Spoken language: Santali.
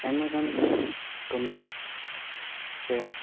ᱟᱭᱢᱟᱜᱟᱱ ᱠᱟᱹᱢᱤ ᱥᱮ